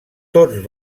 tots